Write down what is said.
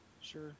Sure